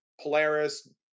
polaris